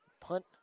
punt